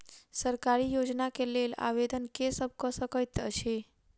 सरकारी योजना केँ लेल आवेदन केँ सब कऽ सकैत अछि?